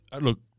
look